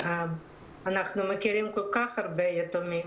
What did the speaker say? אנחנו מכירים כל כך הרבה יתומים.